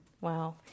Wow